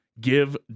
Give